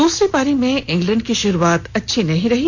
दूसरी पारी में इंग्लैंड की शुरुआत अच्छी नहीं रही